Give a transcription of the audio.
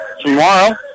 tomorrow